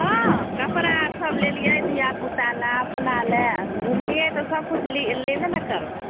हँ कपड़ा आर सब लेलियै धिआपुता लए अपना लए घुमलियै तऽ सबकिछु लेबे ने करबै